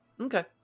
okay